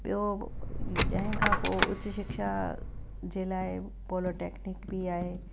ॿियों ॾहें खां पोइ ऊच शिक्षा जे लाइ पोलोटैक्निक बि आहे